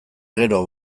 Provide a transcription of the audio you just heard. gero